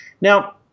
Now